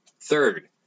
Third